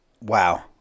wow